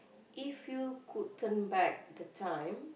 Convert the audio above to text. if you could turn back the time